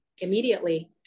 immediately